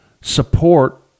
support